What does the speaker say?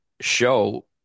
show